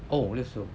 oh 六十五